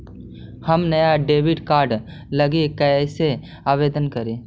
हम नया debit card लागी कईसे आवेदन करी?